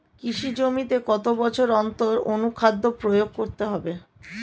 কৃষি জমিতে কত বছর অন্তর অনুখাদ্য প্রয়োগ করতে হবে?